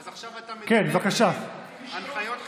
אז עכשיו אתה, הנחיות חדשות,